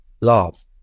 love